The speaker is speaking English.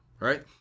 right